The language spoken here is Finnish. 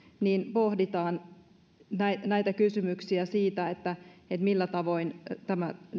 pohditaan kysymyksiä siitä millä tavoin tämä